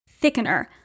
thickener